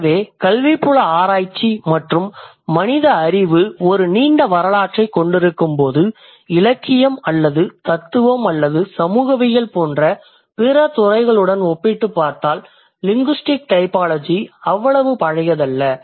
எனவே கல்விப்புல ஆராய்ச்சி மற்றும் மனித அறிவு ஒரு நீண்ட வரலாற்றைக் கொண்டிருக்கும்போது இலக்கியம் அல்லது தத்துவம் அல்லது சமூகவியல் போன்ற பிற துறைகளுடன் ஒப்பிட்டுப் பார்த்தால் லிங்குஸ்டிக் டைபாலஜி அவ்வளவு பழையதல்ல